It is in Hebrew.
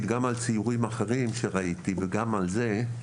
גם על ציורים אחרים שראיתי וגם על זה,